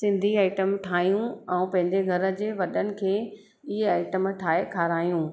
Sindhi item ठाहियूं ऐं पंहिंजे घर जे वॾनि खे हीअ आइटम ठाहे खारायूं